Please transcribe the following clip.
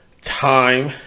time